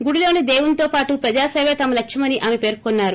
గుడిలోని దేవునితోపాటు ప్రజాసేవే తమ లక్ష్యమని ఆమె పేర్కొన్సారు